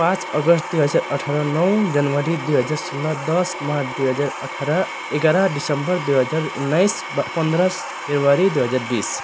पाँच अगस्त दुई हजार अठार नौ जनवरी दुई हजार सोह्र दस मार्च दुई हजार अठार एघार दिसम्बर दुई हजार उन्नाइस ब पन्ध्र फेब्रुअरी दुई हजार बिस